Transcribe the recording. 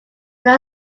but